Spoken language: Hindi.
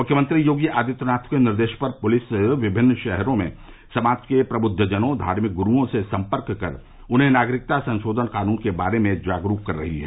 मुख्यमंत्री योगी आदित्यनाथ के निर्देश पर पुलिस विभिन्न शहरो में समाज के प्रबुद्दजनों धार्मिक गुरूओं से सम्पर्क कर उन्हें नागरिकता संशोधन कानून के बारे में जागरूक कर रही है